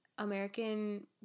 American